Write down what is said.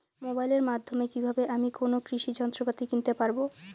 মোবাইলের মাধ্যমে কীভাবে আমি কোনো কৃষি যন্ত্রপাতি কিনতে পারবো?